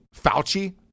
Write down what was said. Fauci